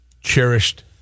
cherished